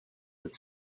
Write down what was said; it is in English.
that